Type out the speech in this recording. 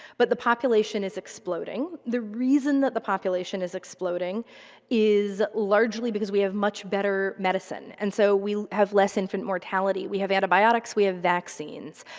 but the population is exploding. the reason that population is exploding is largely because we have much better medicine. and so, we have less infant mortality, we have antibiotics, we have vaccines.